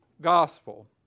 gospel